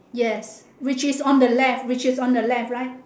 yes which is on the left which is on the left right